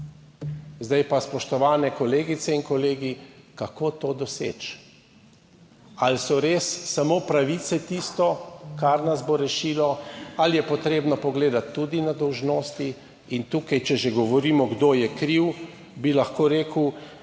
Zdaj pa, spoštovane kolegice in kolegi, kako to doseči? Ali so res samo pravice tisto, kar nas bo rešilo, ali je potrebno pogledati tudi na dolžnosti. In tukaj, če že govorimo, kdo je kriv, bi lahko rekel,